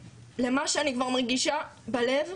אני רוצה להגיד בעיניי אלה קולות עצובים.